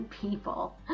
people